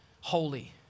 holy